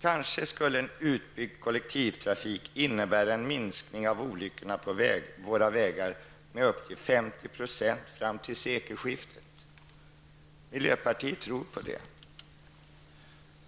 Kanske skulle en utbyggd kollektivtrafik innebära en minskning av antalet olyckor på våra vägar med upp till 50 % fram till sekelskiftet. Miljöpartiet tror på det.